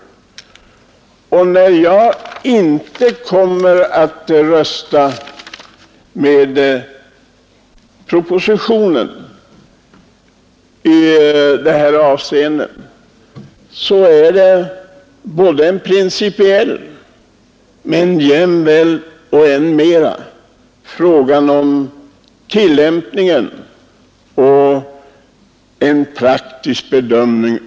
Men sammantaget är det en mycket betydande och bestämmande maktfaktor. När jag inte kommer att rösta för propositionen i detta avseende, så är det inte bara en principfråga utan jämväl och än mera en fråga om tillämpningen och en praktisk bedömning.